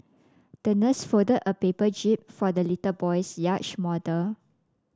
the nurse folded a paper jib for the little boy's yacht model